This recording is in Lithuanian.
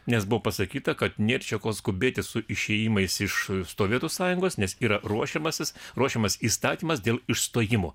nes buvo pasakyta kad nėr čia ko skubėti su išėjimais iš sovietų sąjungos nes yra ruošiamasis ruošiamas įstatymas dėl išstojimo